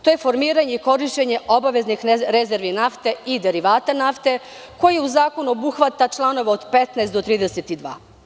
To je formiranje i korišćenje obaveznim rezervi naftei derivata nafte koji u zakonu obuhvata članove od 15. do 32.